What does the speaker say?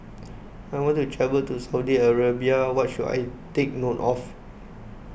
I want to travel to Saudi Arabia what should I take note of